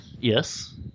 Yes